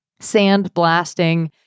sandblasting